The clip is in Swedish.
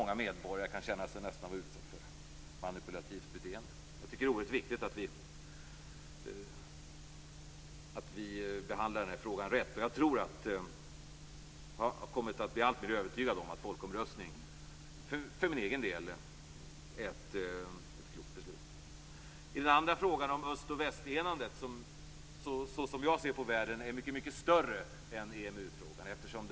Många medborgare kan här nästan känna sig utsatta för manipulativt beteende. Jag tycker att det är oerhört viktigt att vi behandlar den här frågan rätt. Jag har för egen del blivit alltmer övertygad om att det skulle vara klokt att genomföra en folkomröstning. Den andra frågan, enandet av östra och västra Europa, är som jag ser det mycket större än EMU frågan.